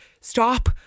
stop